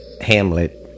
hamlet